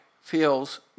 feels